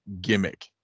gimmick